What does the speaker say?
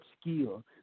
skill